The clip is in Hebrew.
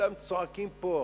וכולם צועקים פה.